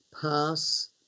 pass